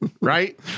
right